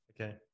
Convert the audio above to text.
okay